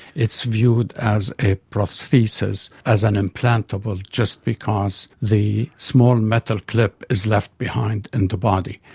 it's viewed as a prosthesis, as an implantable just because the small metal clip is left behind in the body.